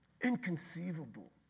Inconceivable